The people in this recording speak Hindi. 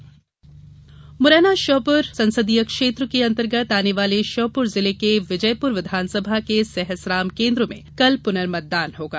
पुनर्मतदान मुरैना श्योपुर संसदीय क्षेत्र के अन्तर्गत आने वाले श्योपुर जिले के विजयपुर विधानसभा के सहसराम केंद्र में कल पुनर्मतदान होगा